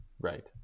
right